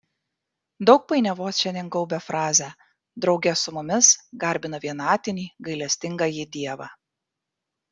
daug painiavos šiandien gaubia frazę drauge su mumis garbina vienatinį gailestingąjį dievą